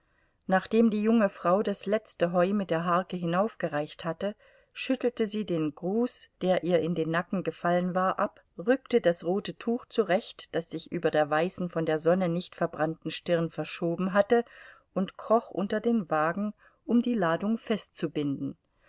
nachdem die junge frau das letzte heu mit der harke hinaufgereicht hatte schüttelte sie den grus der ihr in den nacken gefallen war ab rückte das rote tuch zurecht das sich über der weißen von der sonne nicht verbrannten stirn verschoben hatte und kroch unter den wagen um die ladung festzubinden